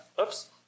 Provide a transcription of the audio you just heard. Oops